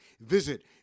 Visit